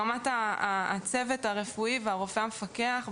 ברמת הצוות הרפואי והרופא המפקח,